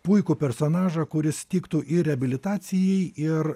puikų personažą kuris tiktų ir reabilitacijai ir